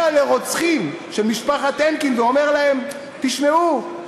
לרוצחים של משפחת הנקין ואומר להם: תשמעו,